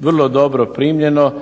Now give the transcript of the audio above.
vrlo dobro primljeno,